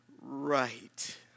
Right